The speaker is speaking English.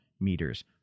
meters